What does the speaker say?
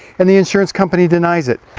and the insurance company denies it.